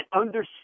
understand